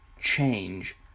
change